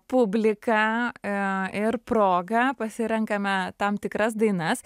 publiką i ir proga pasirenkame tam tikras dainas